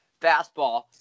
fastball